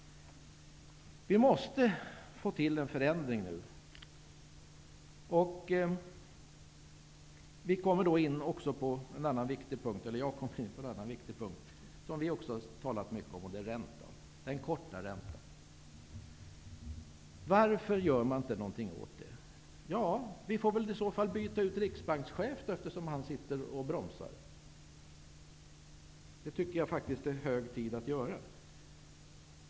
Vi måste få till en förändring. Jag kommer då in på en annan viktig punkt, som vi också har talat mycket om. Det är den korta räntan. Varför gör man inte något åt den? Vi får väl byta riksbankschef, eftersom han bromsar. Det tycker jag faktiskt är hög tid att göra.